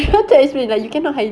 no but the thing is you got